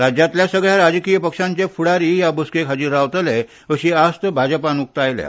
राज्यातल्या सगळ्या राजकीय पक्षांचे फूडारी ह्या बसकेकं हाजिर रावतले अशी आस्त भाजपान उक्तायल्या